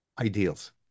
ideals